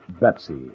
Betsy